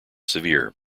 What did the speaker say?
severe